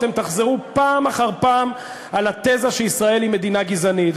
אתם תחזרו פעם אחר פעם על התזה שישראל היא מדינה גזענית.